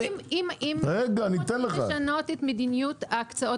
לכן אם רוצים לשנות את מדיניות ההקצאות